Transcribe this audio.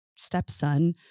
stepson